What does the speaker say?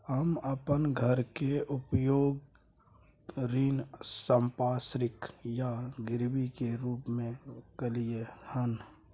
हम अपन घर के उपयोग ऋण संपार्श्विक या गिरवी के रूप में कलियै हन